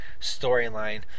storyline